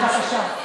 בבקשה.